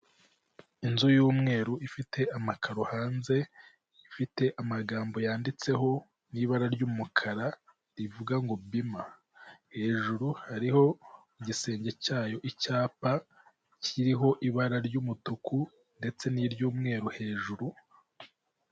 Inzu y'umweru ifite amakaro hanze, ifite amagambo yanditseho n'ibara ry'umukara rivuga ngo bima ,hejuru hariho igisenge cyayo, icyapa kiriho ibara ry'umutuku ndetse n'iry'umweru hejuru.